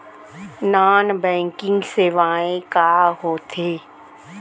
Non banking सेवाएं का होथे?